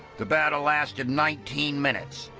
the battle lasted nineteen minutes.